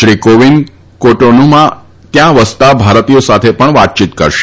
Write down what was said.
શ્રી કોવિંદ કોટનુમાં ત્યાં વસતા ભારતીયો સાથે પણ વાતયીત કરશે